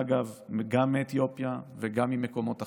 אגב, גם מאתיופיה וגם ממקומות אחרים,